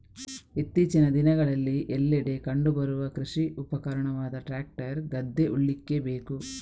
ಇತ್ತೀಚಿನ ದಿನಗಳಲ್ಲಿ ಎಲ್ಲೆಡೆ ಕಂಡು ಬರುವ ಕೃಷಿ ಉಪಕರಣವಾದ ಟ್ರಾಕ್ಟರ್ ಗದ್ದೆ ಉಳ್ಳಿಕ್ಕೆ ಬೇಕು